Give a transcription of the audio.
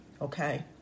okay